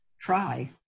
try